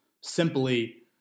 simply